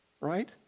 right